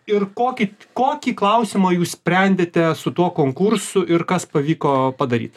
ir kokį kokį klausimą jūs sprendėte su tuo konkursu ir kas pavyko padaryt